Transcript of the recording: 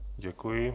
Děkuji.